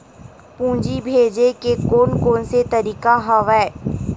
पूंजी भेजे के कोन कोन से तरीका हवय?